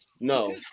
no